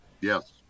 Yes